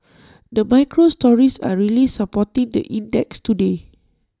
the micro stories are really supporting the index today